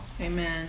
Amen